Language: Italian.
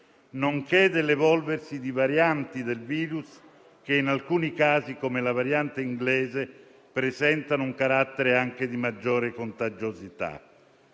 nonché dell'evolversi di varianti del virus che in alcuni casi, come la variante inglese, presentano un carattere anche di maggiore contagiosità.